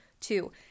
two